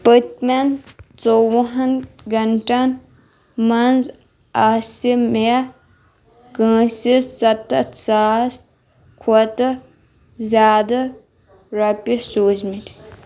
پٔتمٮ۪ن ژۄوُہن گنٛٹن مَنٛز آسہِ مےٚ کٲنٛسہِ سَتتھ ساس کھۄتہٕ زِیادٕ رۄپیہِ سوٗزمٕتۍ